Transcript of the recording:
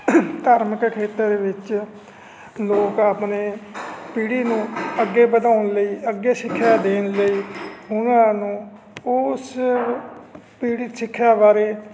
ਧਾਰਮਿਕ ਖੇਤਰ ਵਿੱਚ ਲੋਕ ਆਪਣੇ ਪੀੜ੍ਹੀ ਨੂੰ ਅੱਗੇ ਵਧਾਉਣ ਲਈ ਅੱਗੇ ਸਿੱਖਿਆ ਦੇਣ ਲਈ ਉਹਨਾਂ ਨੂੰ ਉਸ ਪੀੜ੍ਹੀ ਸਿੱਖਿਆ ਬਾਰੇ